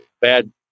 bad